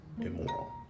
immoral